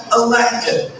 elected